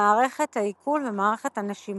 מערכת העיכול ומערכת הנשימה.